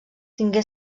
tingué